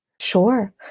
Sure